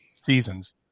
seasons